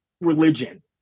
religion